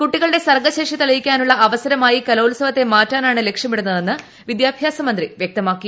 കുട്ടികളുടെ സർഗശേഷി തെളിയിക്കാനുള്ള അവസരമായി കലോത്സവത്തെ മാറ്റാനാണ് ലക്ഷ്യമിടുന്നതെന്ന് വിദ്യാഭ്യാസമന്ത്രി വൃക്തമാക്കി